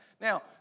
Now